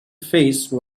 face